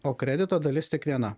o kredito dalis tik viena